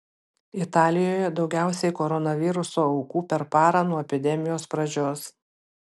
italijoje daugiausiai koronaviruso aukų per parą nuo epidemijos pradžios